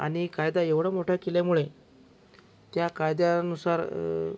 आणि कायदा एवढा मोठा केल्यामुळे त्या कायद्यानुसार